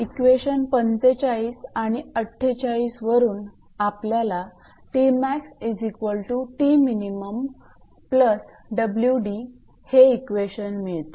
equation 45 आणि 48 वरून आपल्याला हे इक्वेशन मिळते